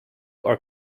are